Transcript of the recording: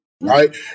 right